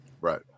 Right